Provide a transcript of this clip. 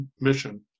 mission